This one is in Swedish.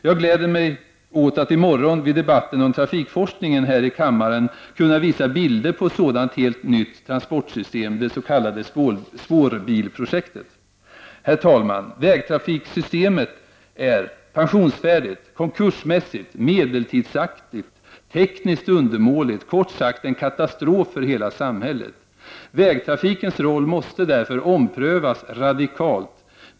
Jag gläder mig åt att i debatten här i kammaren i morgon om trafikforsk ningen kunna visa bilder på ett sådant helt nytt transportsystem, det s.k. spårbilsprojektet. Herr talman! Vägtrafiksystemet är pensionsfärdigt, konkursmässigt, medeltidsaktigt, tekniskt undermåligt, kort sagt en katastrof för hela samhället. Vägtrafikens roll måste därför omprövas radikalt.